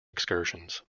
excursions